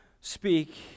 speak